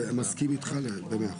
מסכים איתך ב-100%.